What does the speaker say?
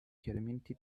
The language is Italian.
chiarimenti